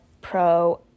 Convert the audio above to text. pro